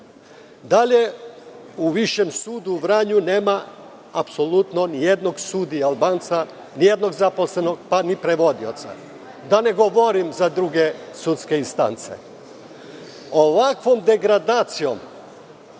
U Višem sudu u Vranju nema apsolutno nijednog sudije Albanca, nijednog zaposlenog, pa ni prevodioca, a da ne govorim za druge sudske instance. Ovakvom degradacijom